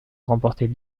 remporter